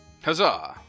Huzzah